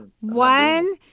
One